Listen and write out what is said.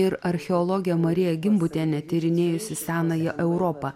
ir archeologė marija gimbutienė tyrinėjusi senąją europą